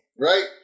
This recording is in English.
Right